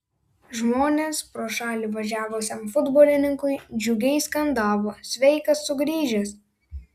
žmonės pro šalį važiavusiam futbolininkui džiugiai skandavo sveikas sugrįžęs